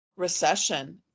Recession